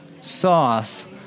sauce